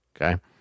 Okay